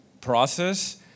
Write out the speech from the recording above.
process